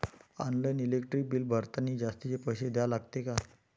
Online electric bill भरतानी जास्तचे पैसे द्या लागते का?